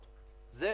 שתיים,